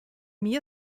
mir